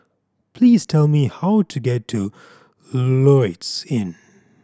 please tell me how to get to Lloyds Inn